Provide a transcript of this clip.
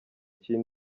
cy’iyi